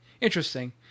Interesting